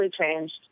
changed